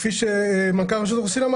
כפי שאמר מנכ"ל רשות האוכלוסין,